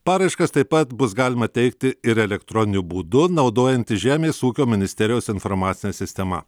paraiškas taip pat bus galima teikti ir elektroniniu būdu naudojantis žemės ūkio ministerijos informacine sistema